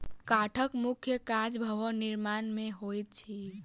काठक मुख्य काज भवन निर्माण मे होइत अछि